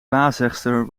waarzegster